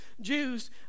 Jews